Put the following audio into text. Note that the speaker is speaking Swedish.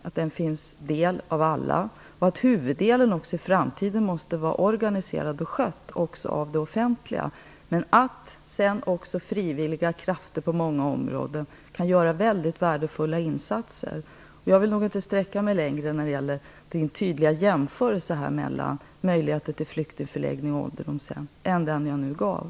Alla skall få del av den, och huvuddelen måste också i framtiden vara organiserad och skött av det offentliga. Men frivilliga krafter kan göra mycket värdefulla insatser på många områden. Jag vill nog inte sträcka mig längre än så när det gäller Tuve Skånbergs tydliga jämförelse mellan möjligheten att bygga och driva en flyktingförläggning och ett ålderdomshem.